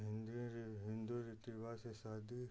हिंदू जो हिंदू रीति रिवाज से शादी